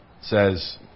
says